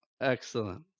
excellent